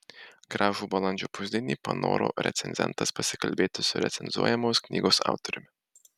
gražų balandžio pusdienį panoro recenzentas pasikalbėti su recenzuojamos knygos autoriumi